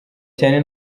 cyane